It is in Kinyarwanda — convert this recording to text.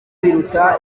biruta